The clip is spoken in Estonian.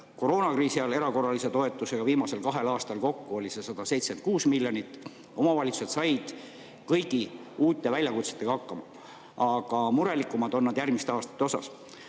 koroonakriisi ajal erakorralise toetusega, viimasel kahel aastal kokku oli see 176 miljonit. Omavalitsused said kõigi uute väljakutsetega hakkama, aga murelikumad on nad järgmiste aastate pärast.